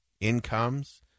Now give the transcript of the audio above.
incomes